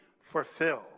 fulfilled